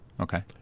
Okay